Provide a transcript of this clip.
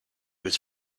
was